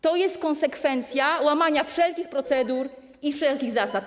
To jest konsekwencja łamania wszelkich procedur i wszelkich zasad.